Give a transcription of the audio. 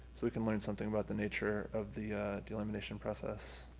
so we can learn something about the nature of the delamination process.